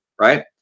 Right